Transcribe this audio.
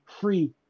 free